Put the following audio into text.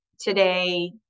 today